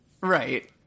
Right